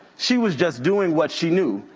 she was just doing what she knew,